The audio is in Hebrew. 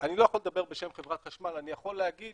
אני לא יכול לדבר בשם חברת חשמל, אני יכול להגיד